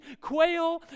quail